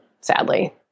sadly